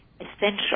essential